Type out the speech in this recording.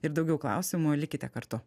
ir daugiau klausimų likite kartu